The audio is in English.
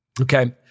okay